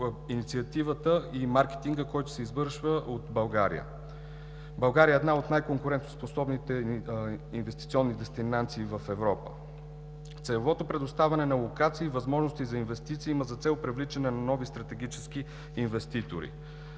инициативата и маркетинга, който се извършва от България. България е една от най-конкурентоспособните инвестиционни дестинации в Европа. Целевото предоставяне на локации и възможности за инвестиции има за цел привличане на нови стратегически инвеститори.